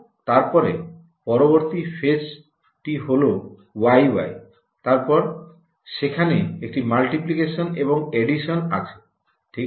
তারপরে পরবর্তী ফেচটি হল yy তারপর সেখানে একটি মাল্টিপ্লিকেশন এবং এডিশন আছে ঠিক আছে